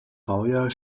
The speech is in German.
baujahr